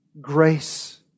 grace